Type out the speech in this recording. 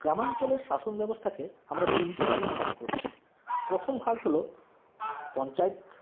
গ্রামাঞ্চলের শাসন ব্যবস্থাকে আমরা তিনটে ভাগে ভাগ করেছি প্রথম ভাগ হল পঞ্চায়েত